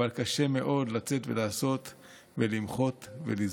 אבל קשה מאוד לצאת ולעשות ולמחות ולזעוק.